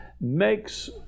makes